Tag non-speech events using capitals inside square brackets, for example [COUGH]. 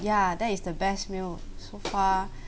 ya that is the best meal so far [BREATH]